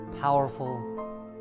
powerful